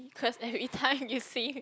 you curse everytime you see